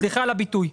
סליחה על הביטוי.